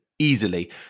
easily